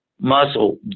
muscle